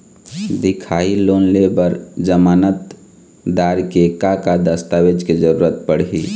दिखाही लोन ले बर जमानतदार के का का दस्तावेज के जरूरत पड़ही?